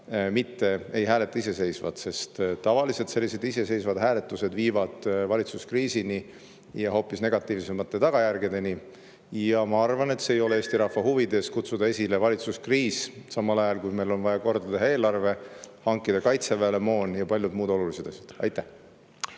mitte ei hääleta iseseisvalt, sest tavaliselt sellised iseseisvad hääletused viivad valitsuskriisini ja hoopis negatiivsemate tagajärgedeni. Ja ma arvan, et ei ole Eesti rahva huvides kutsuda esile valitsuskriis, samal ajal kui meil on vaja korda teha eelarve, hankida Kaitseväele moona ja palju muid olulisi asju. Aitäh,